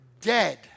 dead